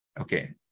Okay